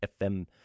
FM